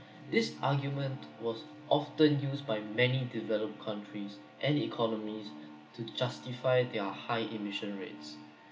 this argument was often used by many developed countries and economies to justify their high emission rates